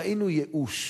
ראינו ייאוש,